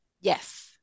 Yes